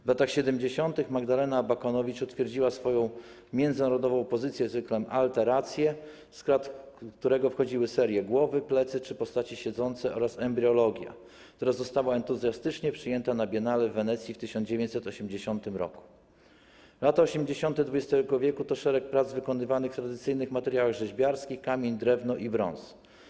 W latach 70. Magdalena Abakanowicz utwierdziła swoją międzynarodową pozycję cyklem „Alteracje”, w skład którego wchodziły serie „Głowy”, „Plecy”, „Postaci siedzące” oraz „Embriologia”, która została entuzjastycznie przyjęta na biennale w Wenecji w 1980 r. Lata 80. XX w. to szereg prac wykonywanych w tradycyjnych materiałach rzeźbiarskich - kamień, drewno i brąz.